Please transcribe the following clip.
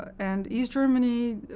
and east germany